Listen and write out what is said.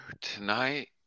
tonight